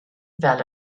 fel